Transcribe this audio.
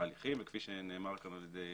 התהליכים וכפי שנאמר כבר על ידי